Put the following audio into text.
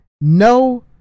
no